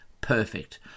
Perfect